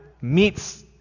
meets